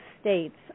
states